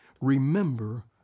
Remember